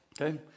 Okay